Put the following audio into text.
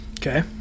Okay